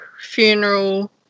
funeral